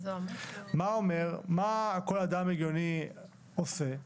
מה כל אדם הגיוני עושה?